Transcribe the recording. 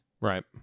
Right